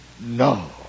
No